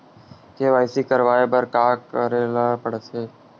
KYC करवाय बर का का करे ल पड़थे?